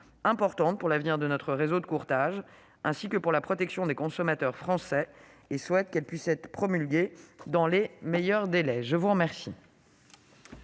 importante pour l'avenir de notre réseau de courtage ainsi que pour la protection des consommateurs français, et souhaite qu'elle puisse être promulguée dans les meilleurs délais. La parole